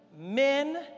men